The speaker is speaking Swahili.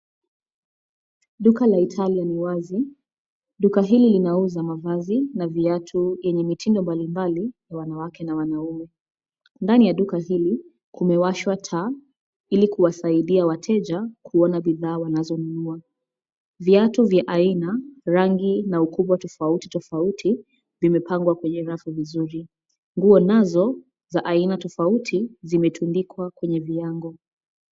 Duka la Italian li wazi. Duka hili linauza mavazi na viatu yenye mitindo mbali mbali ya wanawake na wanaume. Ndani ya duka hili kumewashwa taa ili kuwasaidia wateja kuona bidhaa wanazo nunua. Viatu vya aina, rangi na ukubwa tofauti tofauti vimepangwa kwenye rafu vizuri. Nguo nazo za aina tofauti zimetundikwa kwenye viyango.